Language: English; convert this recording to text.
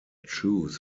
shoes